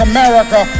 America